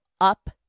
up